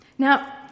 Now